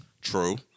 True